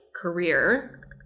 career